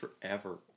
forever